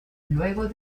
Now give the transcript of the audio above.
luego